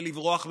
ולברוח ממשפט.